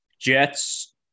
Jets